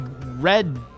red